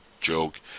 joke